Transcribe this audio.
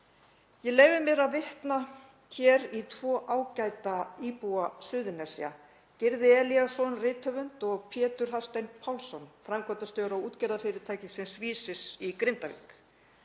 Ég leyfi mér að vitna hér í tvo ágæta íbúa Suðurnesja, Gyrði Elíasson rithöfund og Pétur Hafstein Pálsson, framkvæmdastjóra útgerðarfyrirtækisins Vísis í Grindavík.